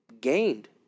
gained